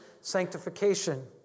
sanctification